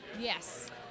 Yes